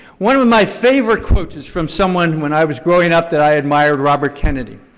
one of my favorite quotes is from someone when i was growing up that i admired, robert kennedy.